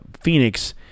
Phoenix